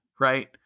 Right